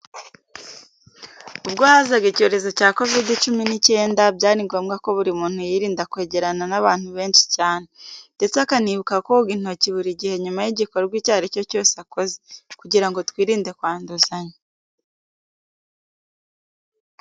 Ubwo hazaga icyorezo cya COVID cumi n’ icyenda, byari ngombwa ko buri muntu yirinda kwegerana n’abantu benshi cyane, ndetse akanibuka koga intoki buri gihe nyuma y’igikorwa icyo ari cyo cyose akoze, kugira ngo twirinde kwanduzanya.